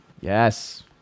Yes